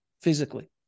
physically